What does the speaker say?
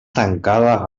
tancada